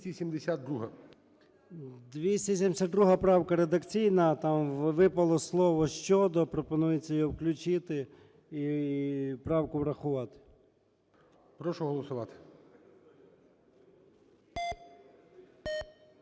272 правка редакційна, там випало слово "щодо". Пропонується його включити і правку врахувати. ГОЛОВУЮЧИЙ. Прошу голосувати.